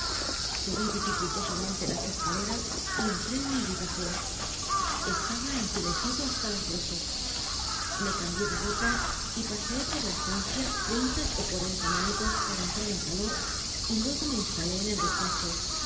regresado subí dificultosamente las escaleras y entré en mi habitación estaba entumecido hasta los huesos me cambié de ropas y paseé por la estancia treinta o cuarenta minutos para entrar en calor y luego me instalé en el despacho